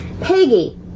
peggy